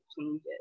changes